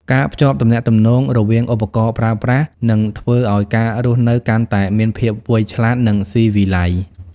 ការភ្ជាប់ទំនាក់ទំនងរវាងឧបករណ៍ប្រើប្រាស់នឹងធ្វើឱ្យការរស់នៅកាន់តែមានភាពវៃឆ្លាត និងស៊ីវិល័យ។